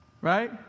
right